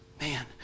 Man